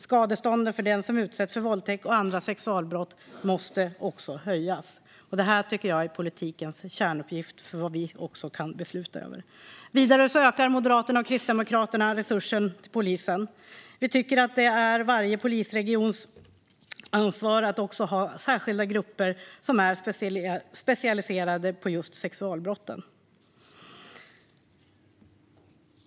Skadeståndet till den som utsätts för våldtäkt och andra sexualbrott måste höjas. Detta tycker jag är politikens kärnuppgift när det gäller vad vi kan besluta över. Vidare ökar Moderaterna och Kristdemokraterna resurserna till polisen. Vi tycker att det är varje polisregions ansvar att också ha särskilda grupper som är specialiserade på just sexualbrott.